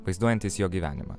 vaizduojantys jo gyvenimą